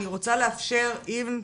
אני רוצה לאפשר לה להגיב.